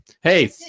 hey